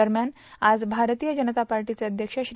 दरम्यान आज भारतीय जनता पार्टीचे अध्यक्ष श्री